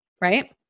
right